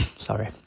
Sorry